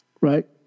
Right